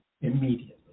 immediately